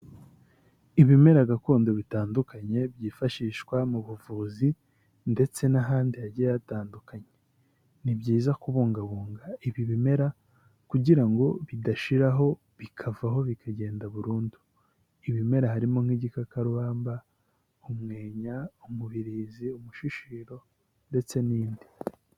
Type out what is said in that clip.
Ibimera gakondo bitandukanye byifashishwa mu buvuzi, ndetse n'ahandi hagiye hatandukanye, ni byiza kubungabunga ibi bimera kugira ngo bidashiraho bikavaho bikagenda burundu, ibimera harimo nk'igikakarubamba, umwenya, umubirizi, umushishiru ndetse n'indi.